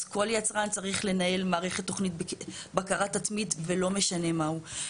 אז כל יצרן צריך לנהל מערכת תוכנית בקרה עצמית ולא משנה מה הוא.